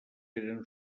eren